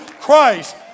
Christ